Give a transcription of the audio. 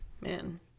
man